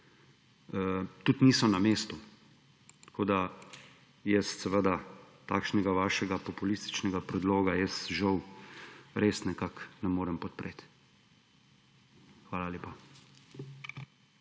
tudi niso na mestu. Tako, da takšnega vašega populističnega predloga jaz, žal, res nekako ne morem podpreti. Hvala lepa.